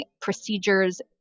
procedures